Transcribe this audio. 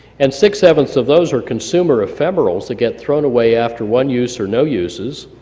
and six seven of those are consumer ephemerals that get thrown away after one use or no uses,